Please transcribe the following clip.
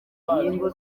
kuriho